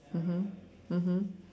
mmhmm mmhmm